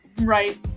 right